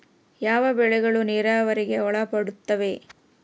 ಯಾವ ಬೆಳೆಗಳು ನೇರಾವರಿಗೆ ಒಳಪಡುತ್ತವೆ?